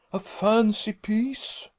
a fancy piece,